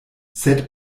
sed